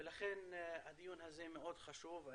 לכן הדיון הזה מאוד חשוב.